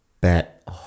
Bet